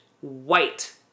white